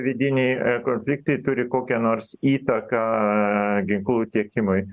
vidiniai a konfliktai turi kokią nors įtaką aaa ginklų tiekimui